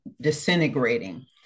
disintegrating